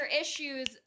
issues